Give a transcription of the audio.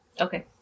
Okay